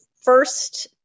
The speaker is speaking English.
first